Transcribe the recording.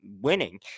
winning